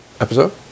episode